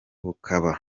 bukaba